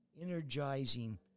energizing